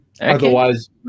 otherwise